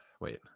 wait